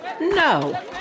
No